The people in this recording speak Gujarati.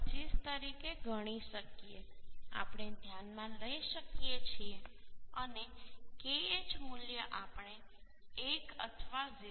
25 તરીકે ગણી શકીએ આપણે ધ્યાનમાં લઈ શકીએ છીએ અને Kh મૂલ્ય આપણે 1 અથવા 0